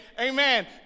amen